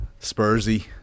Spursy